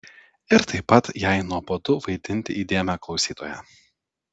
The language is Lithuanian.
ir taip pat jai nuobodu vaidinti įdėmią klausytoją